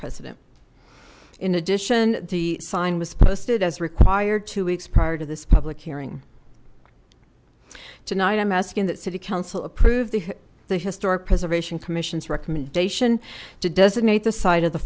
president in addition the sign was posted as required two weeks prior to this public hearing tonight i'm asking that city council approved the historic preservation commission's recommendation to designate the site of the